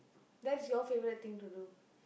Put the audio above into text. that's your favourite thing to do